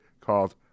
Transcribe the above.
called